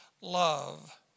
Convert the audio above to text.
love